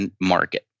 market